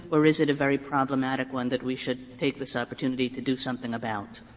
or is it a very problematic one that we should take this opportunity to do something about?